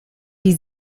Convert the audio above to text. die